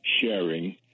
sharing